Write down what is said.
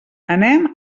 anem